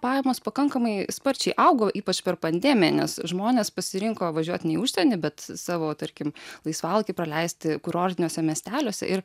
pajamos pakankamai sparčiai augo ypač per pandemiją nes žmonės pasirinko važiuot nei į užsienį bet savo tarkim laisvalaikį praleisti kurortiniuose miesteliuose ir